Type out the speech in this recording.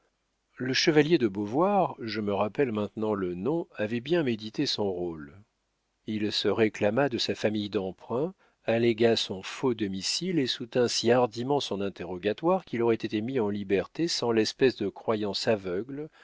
le chevalier de beauvoir je me rappelle maintenant le nom avait bien médité son rôle il se réclama de sa famille d'emprunt allégua son faux domicile et soutint si hardiment son interrogatoire qu'il aurait été mis en liberté sans l'espèce de croyance aveugle